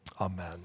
Amen